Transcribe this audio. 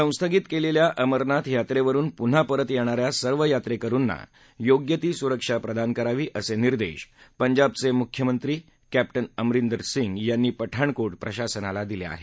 संस्थगित केलेल्या अमरनाथ यात्रेवरुन पुन्हा परत येणा या सर्व यात्रेकरुंना योग्य ती सुरक्षा प्रदान करावी असे निर्देश पंजाबचे मुख्यमंत्री क्विन अमरिंदर सिंग यांनी पठाणकोट प्रशासनाला दिले आहेत